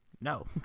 No